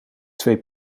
twee